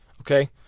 Okay